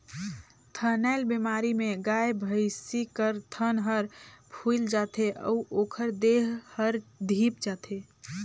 थनैल बेमारी में गाय, भइसी कर थन हर फुइल जाथे अउ ओखर देह हर धिप जाथे